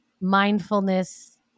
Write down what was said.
mindfulness